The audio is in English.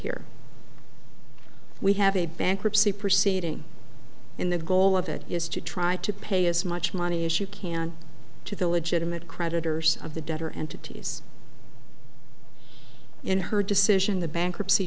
here we have a bankruptcy proceeding in the goal of it is to try to pay as much money as you can to the legitimate creditors of the debtor entities in her decision the bankruptcy